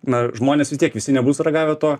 na žmonės vis tiek visi nebus ragavę to